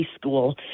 school